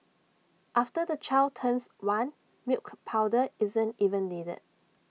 after the child turns one milk powder isn't even needed